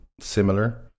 similar